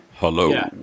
Hello